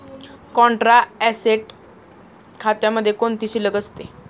Contra asset खात्यामध्ये कोणती शिल्लक असते?